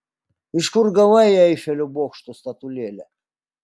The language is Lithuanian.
iš kur gavai eifelio bokšto statulėlę